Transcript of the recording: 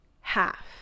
half